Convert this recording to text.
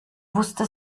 wusste